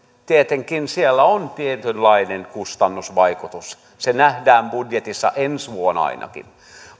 tietenkin siellä on tietynlainen kustannusvaikutus se nähdään budjetissa ensi vuonna ainakin